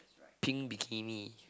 pink bikini